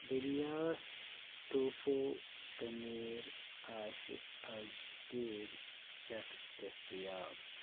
بریاس tofu paneer آسہِ آز ژیٖرۍ پٮ۪ٹھ دستیاب